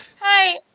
hi